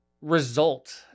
result